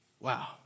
Wow